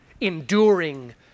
Enduring